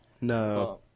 No